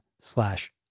slash